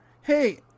hey